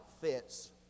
fits